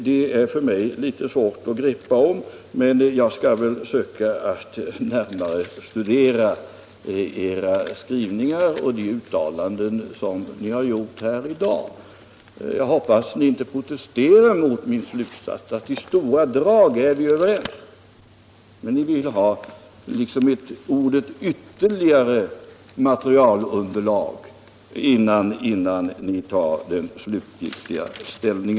Det är litet svårt för mig att greppa om, men jag skall närmare studera era skrivningar och de uttalanden som ni har gjort i dag. Jag hoppas att ni inte protesterar mot min slutsats att vi i stora drag är överens, men ni vill ha ytterligare materialunderlag innan ni tar slutlig ställning.